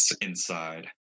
inside